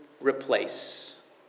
replace